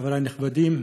חברי הנכבדים,